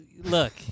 look